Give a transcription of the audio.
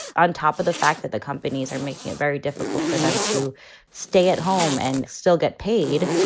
on top of the fact that the companies are making it very difficult for them to stay at home and still get paid.